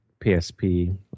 PSP